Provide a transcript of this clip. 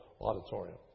auditorium